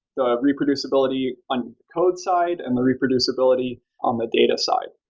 the reproducibility on code side and the reproducibility on the data side.